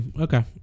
Okay